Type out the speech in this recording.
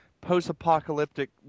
post-apocalyptic